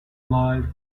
live